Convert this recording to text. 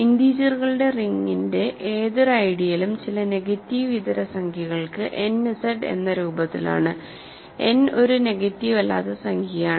ഇന്റീജറുകളുടെ റിങ്ങിന്റെ ഏതൊരു ഐഡിയലും ചില നെഗറ്റീവ് ഇതര സംഖ്യകൾക്ക് n Z എന്ന രൂപത്തിലാണ് n ഒരു നെഗറ്റീവ് അല്ലാത്ത സംഖ്യയാണ്